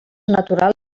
natural